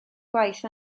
gwaith